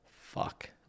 fuck